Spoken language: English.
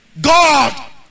God